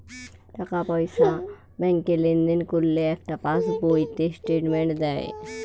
টাকা পয়সা ব্যাংকে লেনদেন করলে একটা পাশ বইতে স্টেটমেন্ট দেয়